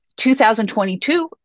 2022